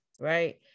right